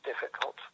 difficult